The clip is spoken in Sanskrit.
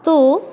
तु